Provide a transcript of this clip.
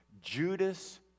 Judas